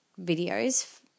videos